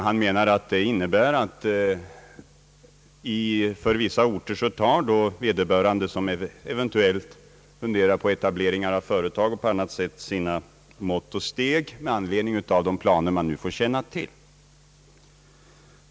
Han menar att detta för vissa orter innebär att de som eventuellt funderar på etablering av företag vidtar sina mått och steg med anledning av de planer man nu känner till.